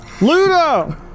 Ludo